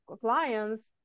clients